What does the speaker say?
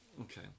Okay